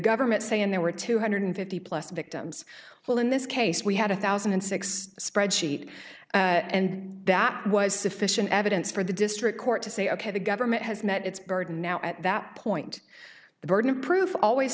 government saying there were two hundred fifty plus victims well in this case we had a thousand and six spreadsheet and that was sufficient evidence for the district court to say ok the government has met its burden now at that point the burden of proof always